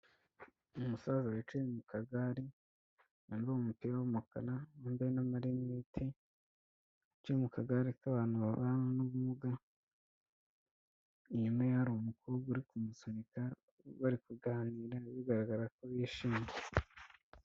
Umusaza wicaye mu kagare, wambaye umupira w'amakara, wambaye n'amarineti, wicaye mu kagare k'abantu babana n'ubumuga, inyuma ye hari umukobwa uri kumusunika, bari kuganira, bigaragara ko bishimye.